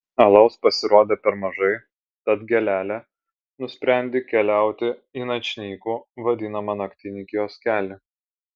alaus pasirodė per mažai tad gėlelė nusprendė keliauti į načnyku vadinamą naktinį kioskelį